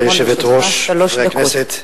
גברתי היושבת-ראש, חברי הכנסת,